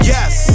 Yes